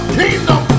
kingdom